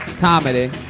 Comedy